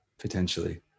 potentially